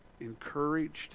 encouraged